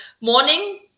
morning